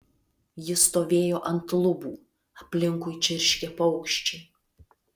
ji stovėjo ant lubų aplinkui čirškė paukščiai